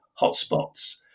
hotspots